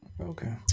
Okay